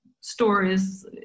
stories